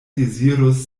dezirus